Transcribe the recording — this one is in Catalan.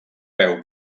peu